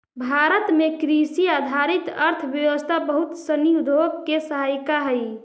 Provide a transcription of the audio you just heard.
भारत में कृषि आधारित अर्थव्यवस्था बहुत सनी उद्योग के सहायिका हइ